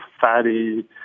fatty